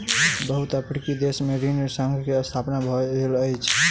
बहुत अफ्रीकी देश में ऋण संघ के स्थापना भेल अछि